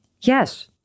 Yes